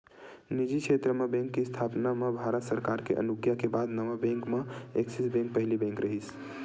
निजी छेत्र म बेंक के इस्थापना म भारत सरकार के अनुग्या के बाद नवा बेंक म ऐक्सिस बेंक पहिली बेंक रिहिस